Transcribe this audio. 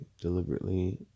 deliberately